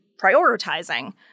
prioritizing